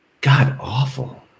God-awful